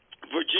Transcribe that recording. Virginia